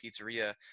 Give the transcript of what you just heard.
pizzeria